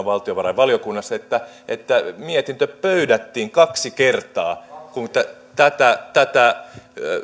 valtiovarainvaliokunnassa että että mietintö pöydättiin kaksi kertaa kun tätä tätä